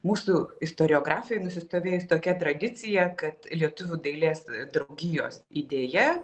mūsų istoriografijoj nusistovėjus tokia tradicija kad lietuvių dailės draugijos idėja